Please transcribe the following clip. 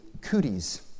Cooties